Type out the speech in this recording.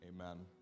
amen